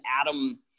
Adam